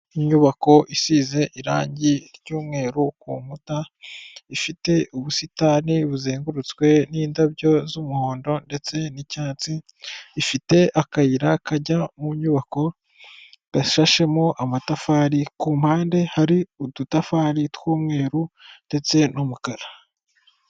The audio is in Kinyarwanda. Inyubako isize irange ry'umweru ku nkuta ifite ubusitani buzengurutswe n'indabyo z'umuhondo ndetse n'icyatsi, ifite akayira kajya mu nyubako gasashemo amatafari ku mpande hari udutafari tw'umweru ndetse n'umukara.